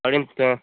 அனுப்பிச்சுடேன்